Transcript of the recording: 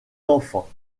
enfants